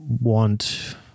want